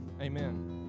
Amen